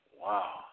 Wow